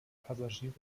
passagiere